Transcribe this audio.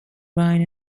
ryan